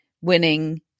Winning